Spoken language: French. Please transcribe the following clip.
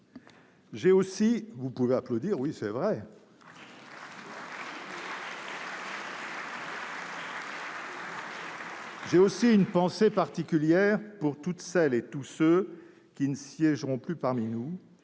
J'ai aussi une pensée particulière pour toutes celles et tous ceux qui ne siégeront plus parmi nous,